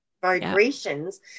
vibrations